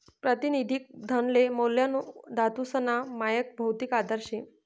प्रातिनिधिक धनले मौल्यवान धातूसना मायक भौतिक आधार शे